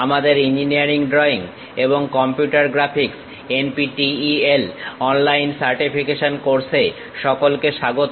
আমাদের engineering drawing এবং computer graphics NPTEL online certification course এ সকলকে স্বাগত